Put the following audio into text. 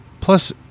plus